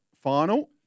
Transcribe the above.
final